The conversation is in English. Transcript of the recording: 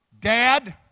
Dad